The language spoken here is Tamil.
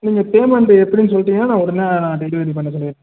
நீங்கள் பேமெண்ட் எப்படினு சொல்லிட்டிங்னா நான் உடனே நான் டெலிவரி பண்ண சொல்லிடுறேன்